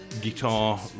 guitar